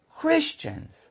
Christians